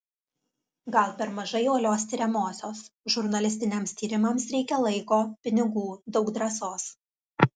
gal per mažai uolios tiriamosios žurnalistiniams tyrimams reikia laiko pinigų daug drąsos